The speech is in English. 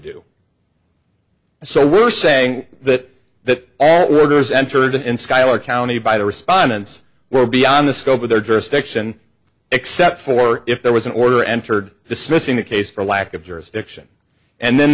do so we're saying that that all workers entered in schuyler county by the respondents were beyond the scope of their jurisdiction except for if there was an order entered dismissing the case for lack of jurisdiction and then